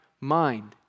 mind